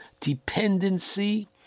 dependency